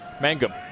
Mangum